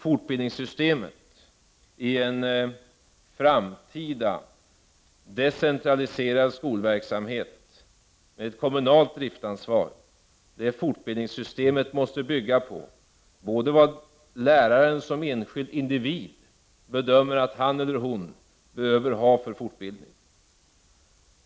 Fortbildningssystemet i en framtida decentraliserad skolverksamhet med ett kommunalt driftansvar måste bygga på den bedömning som läraren som enskild individ gör av vad han eller hon behöver ha för fortbildning.